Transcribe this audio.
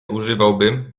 używałabym